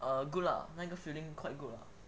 err good lah 那个 feeling quite good lah